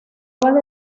estaba